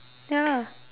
ya